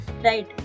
Right